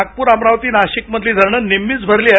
नागपूर अमरावती नाशिकमधली धरण निम्मीच भरली आहेत